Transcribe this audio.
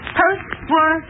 post-war